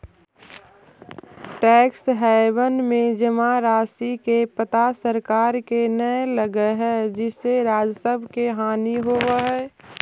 tax haven में जमा राशि के पता सरकार के न लगऽ हई जेसे राजस्व के हानि होवऽ हई